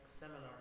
seminar